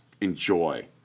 enjoy